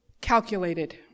calculated